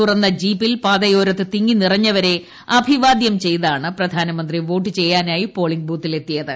തുറ്റുന്ന് ജീപ്പിൽ പാതയോരത്ത് തിങ്ങിനിറഞ്ഞവരെ അഭിവാദ്യം ചെയ്താണ് പ്രധാനമന്ത്രി വോട്ട് ചെയ്യാനായി പോളിംഗ്ബൂത്തിലെത്തിയത്